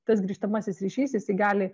tas grįžtamasis ryšys jisai gali